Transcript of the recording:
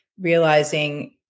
realizing